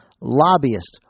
lobbyists